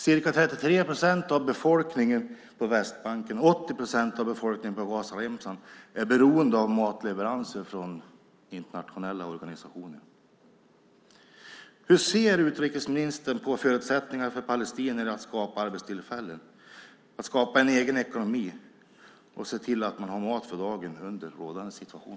Ca 33 procent av befolkningen på Västbanken och 80 procent av befolkningen på Gazaremsan är beroende av matleveranser från internationella organisationer. Hur ser utrikesministern på förutsättningarna för palestinier att skapa arbetstillfällen, skapa en egen ekonomi och se till att man har mat för dagen under rådande situation?